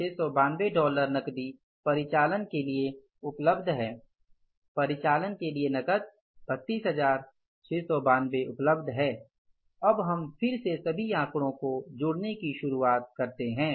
32692 dollar नकदी परिचालन के लिए उपलब्ध है परिचालन के लिए नकद 32692 उपलब्ध है अब हम फिर से सभी आंकड़े को जोड़ने की शुरुआत करते है